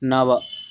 नव